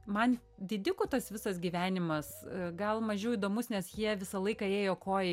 man didikų tas visas gyvenimas gal mažiau įdomus nes jie visą laiką ėjo koja